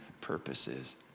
purposes